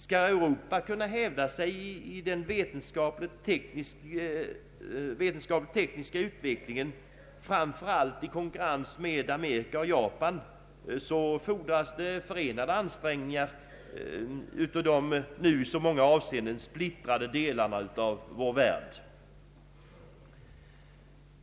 Skall Europa kunna hävda sig i den vetenskapligttekniska utvecklingen framför allt i konkurrens med Amerika och Japan så fordras det förenade ansträngningar av de nu i så många avseenden splittrade delarna av vår gamla värld.